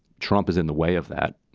trump is in the way of that.